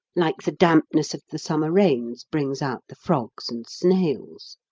like the dampness of the summer rains brings out the frogs and snails.